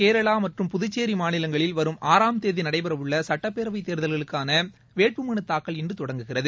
கேரளா மற்றம் புதுச்சேரி மாநிலங்களில் வரும் ஆறாம் தேதி நடைபெறவுள்ள சட்டப்பேரவைத் தேர்தலுக்கான வேட்புமனு தாக்கல் இன்று தொடங்கிறது